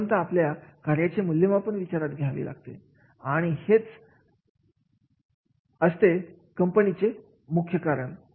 प्रथमतः आपल्याला कार्याचे मूल्यमापन विचारात घ्यावे लागते आणि हेच असतय कंपनीचे मुख्य कारण